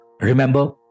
Remember